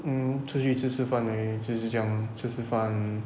um 出去吃吃饭而已就是这样吃吃饭